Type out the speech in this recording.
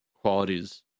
qualities